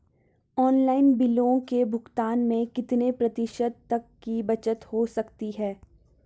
Online बिलों के भुगतान में कितने प्रतिशत तक की बचत हो सकती है?